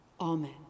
Amen